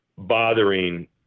bothering